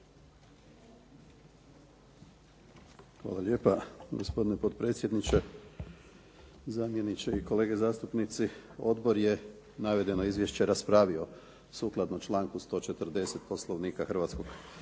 Hvala lijepa gospodine potpredsjedniče, zamjeniče i kolege zastupnici. Odbor je navedeno izvješće raspravio sukladno članku 140. Poslovnika Hrvatskog sabora